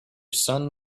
son